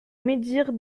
médire